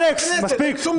אלכס, מספיק.